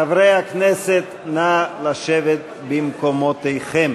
חברי הכנסת, נא לשבת במקומותיכם.